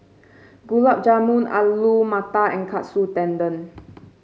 Gulab Jamun Alu Matar and Katsu Tendon